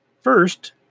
First